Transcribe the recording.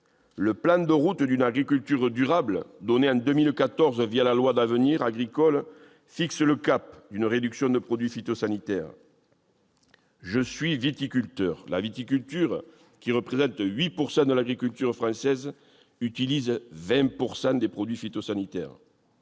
Le plan de route d'une agriculture durable établi en 2014 la loi d'avenir pour l'agriculture, l'alimentation et la forêt fixe le cap d'une réduction de produits phytosanitaires. Je suis viticulteur. La viticulture, qui représente 8 % de l'agriculture française, utilise 20 % des produits phytosanitaires.